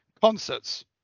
concerts